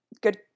good